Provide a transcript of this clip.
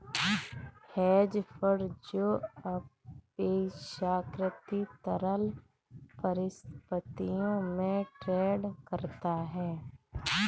hedge fund जो अपेक्षाकृत तरल परिसंपत्तियों में ट्रेड करता है